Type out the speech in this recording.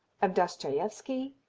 of dostoievsky,